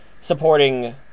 supporting